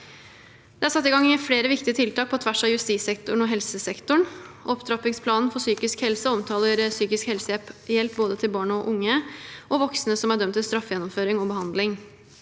Det er satt i gang flere viktige tiltak på tvers av justissektoren og helsesektoren. Opptrappingsplanen for psykisk helse omtaler psykisk helsehjelp til både barn og unge og voksne som er dømt til straffegjennomføring og behandling.